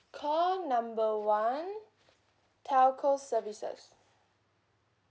call number one telco services